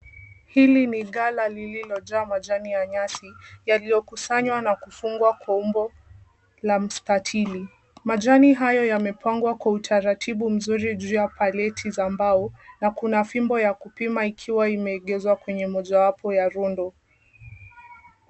Hili ni ghala lililojaa majani ya nyasi, yaliyokusanywa na kufungwa kwa umbo la mstatili. Majani hayo yamepangwa kwa utaratibu mzuri juu ya paleti za mbao na kuna fimbo ya kupima ikiwa imeegezwa kwenye moja wapo ya rundo.